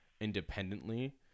independently